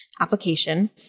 application